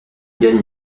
gagne